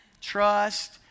Trust